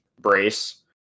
brace